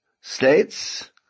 states